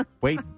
Wait